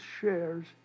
shares